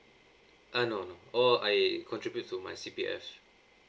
uh no no all I contribute to my C_P_F